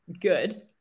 good